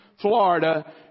Florida